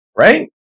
Right